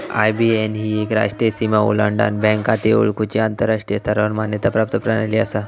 IBAN ही एक राष्ट्रीय सीमा ओलांडान बँक खाती ओळखुची आंतराष्ट्रीय स्तरावर मान्यता प्राप्त प्रणाली असा